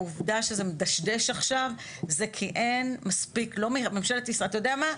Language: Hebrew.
העובדה שזה מדשדש עכשיו היא כי אין מספיק בממשלת ישראל אתה יודע מה?